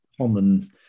common